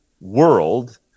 world